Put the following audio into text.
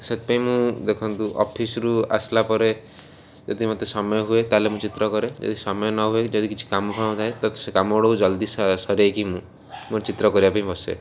ସେଥିପାଇଁ ମୁଁ ଦେଖନ୍ତୁ ଅଫିସ୍ରୁ ଆସିଲା ପରେ ଯଦି ମୋତେ ସମୟ ହୁଏ ତା'ହେଲେ ମୁଁ ଚିତ୍ର କରେ ଯଦି ସମୟ ନ ହୁଏ ଯଦି କିଛି କାମ ଫାମ ଥାଏ ତ ସେ କାମ ଜଲ୍ଦି ସରେଇକି ମୁଁ ମୋର ଚିତ୍ର କରିବା ପାଇଁ ବସେ